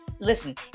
Listen